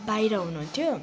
बाहिर हुनुहुन्थ्यो